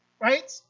Right